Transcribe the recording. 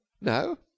No